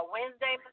Wednesday